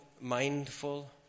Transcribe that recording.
mindful